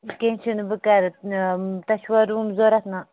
کیٚنٛہہ چھُنہٕ بہٕ کَرٕ تۄہہِ چھُوا روٗم ضوٚرَتھ نَہ